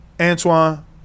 Antoine